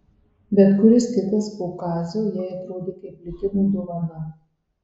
bet kuris kitas po kazio jai atrodė kaip likimo dovana